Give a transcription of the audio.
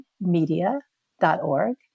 media.org